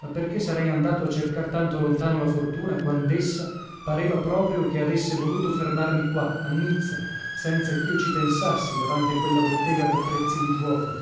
ma perché sarei andato a cercar tanto lontano la fortuna quandessa pareva proprio che avesse voluto fermarmi qua a nizza senza chio ci pensassi davanti a quella bottega dattrezzi di giuoco